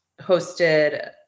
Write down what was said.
hosted